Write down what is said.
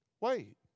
wait